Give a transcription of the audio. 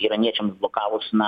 iraniečiams blokavus na